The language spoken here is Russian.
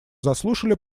заслушали